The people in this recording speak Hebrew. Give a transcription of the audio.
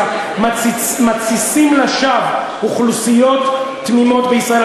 מתסיסים לשווא אוכלוסיות תמימות בישראל.